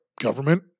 Government